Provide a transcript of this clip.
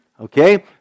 Okay